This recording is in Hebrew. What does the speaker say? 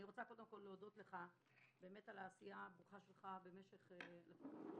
אני רוצה קודם כל להודות לך על העשייה הברוכה שלך משך שנתיים,